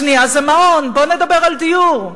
השנייה זה מעון, בואו נדבר על דיור.